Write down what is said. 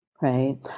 Right